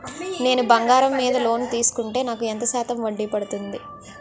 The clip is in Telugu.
నేను బంగారం మీద లోన్ తీసుకుంటే నాకు ఎంత శాతం వడ్డీ పడుతుంది?